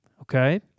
okay